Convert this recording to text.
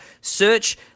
search